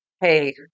hey